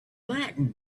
latin